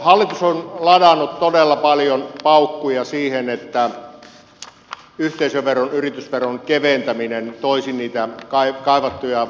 hallitus on ladannut todella paljon paukkuja siihen että yhteisöveron yritysveron keventäminen toisi niitä kaivattuja lisätyöpaikkoja